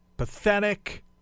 Pathetic